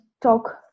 talk